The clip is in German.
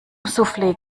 souffle